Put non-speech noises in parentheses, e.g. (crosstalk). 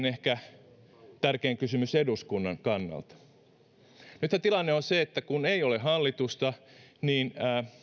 (unintelligible) ehkä kaikkein tärkein kysymys eduskunnan kannalta nythän tilanne on se että kun ei ole hallitusta niin